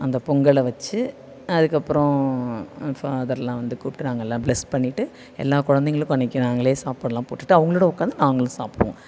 அந்த பொங்கலை வைச்சு அதுக்கப்புறம் ஃபாதரெல்லாம் வந்து கூப்பிட்டு நாங்கள் எல்லாம் ப்ளஸ் பண்ணிவிட்டு எல்லா குழந்தைங்களுக்கும் அன்னைக்கு நாங்களே சாப்பாடெல்லாம் போட்டுவிட்டு அவங்களோட உட்காந்து நாங்களும் சாப்பிடுவோம்